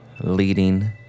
leading